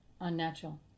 unnatural